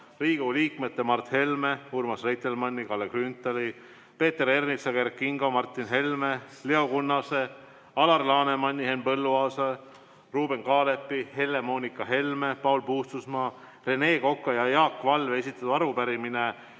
Riigikogu liikmete Mart Helme, Urmas Reitelmanni, Kalle Grünthali, Peeter Ernitsa, Kert Kingo, Martin Helme, Leo Kunnase, Alar Lanemani, Henn Põlluaasa, Ruuben Kaalepi, Helle-Moonika Helme, Paul Puustusmaa, Rene Koka ja Jaak Valge esitatud arupärimine